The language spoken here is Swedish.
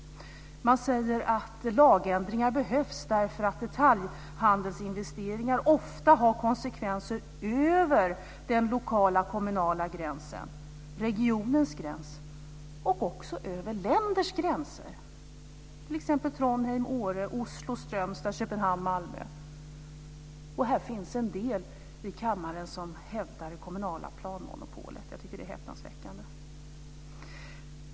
Man säger att lagändringar behövs därför att detaljhandelsinvesteringar ofta har konsekvenser över den lokala kommunala gränsen - regionens gräns - och också över länders gränser. Det gäller t.ex. Malmö. Det finns en del i kammaren som hävdar det kommunala planmonopolet. Jag tycker att det är häpnadsväckande.